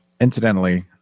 incidentally